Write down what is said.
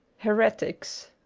heretics.